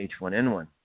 H1N1